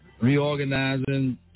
reorganizing